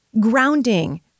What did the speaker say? Grounding